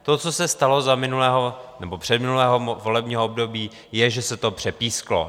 To, co se stalo za minulého nebo předminulého volebního období, je, že se to přepísklo.